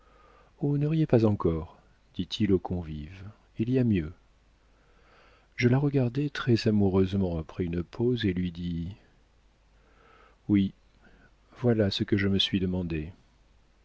ne riez pas encore dit-il aux convives il y a mieux je la regardai très amoureusement après une pause et lui dis oui voilà ce que je me suis demandé